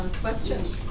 questions